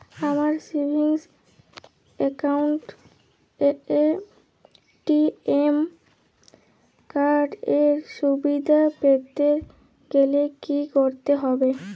আমার savings account এ ATM card এর সুবিধা পেতে গেলে কি করতে হবে?